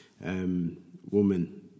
woman